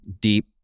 deep